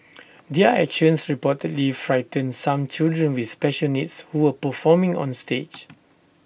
their actions reportedly frightened some children with special needs who were performing on stage